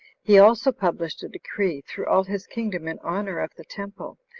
he also published a decree through all his kingdom in honor of the temple,